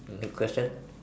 any question